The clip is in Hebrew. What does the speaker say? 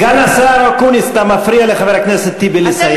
סגן השר אקוניס, אתה מפריע לחבר הכנסת טיבי לסיים.